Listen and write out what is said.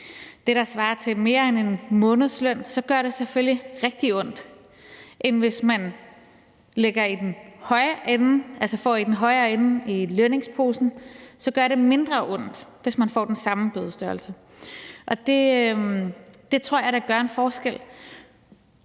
det, der svarer til mere end en månedsløn, så gør rigtig ondt, mens det, hvis man ligger i den højere ende, altså får i den højere ende i lønningsposen, så gør mindre ondt, hvis man får den samme bødestørrelse. Det tror jeg da gør en forskel.